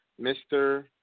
Mr